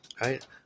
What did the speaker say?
right